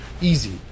Easy